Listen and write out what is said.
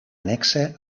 annexa